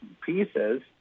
pieces